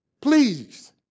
Please